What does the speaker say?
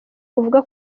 buvuga